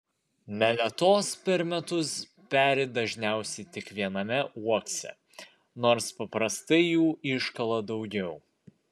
meletos per metus peri dažniausiai tik viename uokse nors paprastai jų iškala daugiau